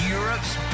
Europe's